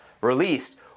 released